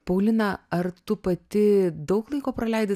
paulina ar tu pati daug laiko praleidi